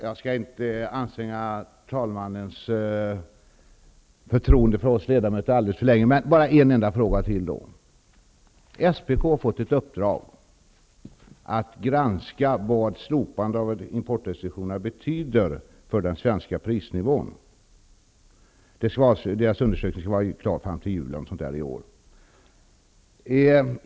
Fru talman! Jag skall inte anstränga talmannen vad avser hennes förtroende för oss ledamöter särskilt mycket mera. En enda fråga till har jag dock. SPK har fått i uppdrag att granska vad ett slopande av importrestriktionerna betyder för den svenska prisnivån. SPK:s undersökning skall vara klar, om jag minns rätt, före jul i år.